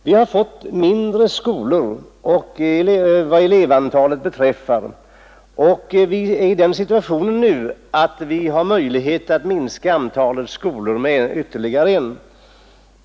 Vi har fått skolor som är mindre vad elevantalet beträffar och vi har nu också möjlighet att minska antalet skolor med ytterligare en.